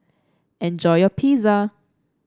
enjoy your Pizza